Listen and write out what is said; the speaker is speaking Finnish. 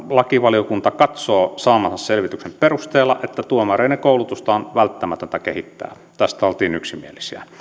lakivaliokunta katsoo saamansa selvityksen perusteella että tuomareiden koulutusta on välttämätöntä kehittää tästä oltiin yksimielisiä